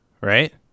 right